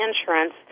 insurance